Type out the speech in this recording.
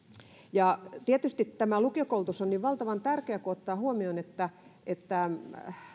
tietysti tämä lukiokoulutus on niin valtavan tärkeä kun ottaa huomioon että että